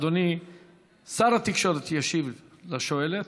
אדוני שר התקשורת ישיב לשואלת.